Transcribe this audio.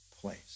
place